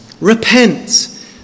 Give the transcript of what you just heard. repent